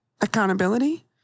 accountability